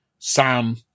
sam